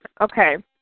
Okay